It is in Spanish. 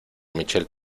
michelle